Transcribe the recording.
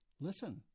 listen